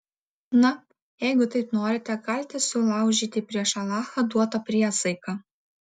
na jeigu taip norite galite sulaužyti prieš alachą duotą priesaiką